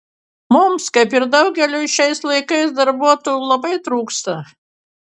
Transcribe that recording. mums kaip ir daugeliui šiais laikais darbuotojų labai trūksta